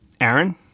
aaron